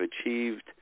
achieved